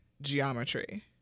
geometry